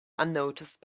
unnoticed